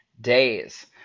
days